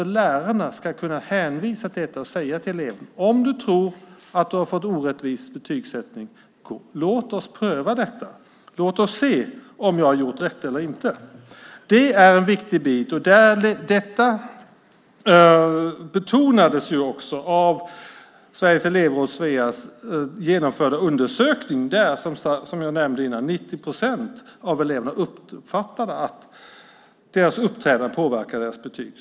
Lärarna ska också kunna hänvisa till detta och säga till eleven: Låt oss pröva detta, om du tror att du har fått en orättvis betygssättning! Låt oss se om jag har gjort rätt eller inte! Det är en viktig bit. Detta betonades också i Sveriges elevråds, Sveas, genomförda undersökning där, som jag nämnde förut, 90 procent av eleverna uppfattade att deras uppträdande påverkade deras betyg.